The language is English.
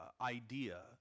idea